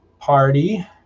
party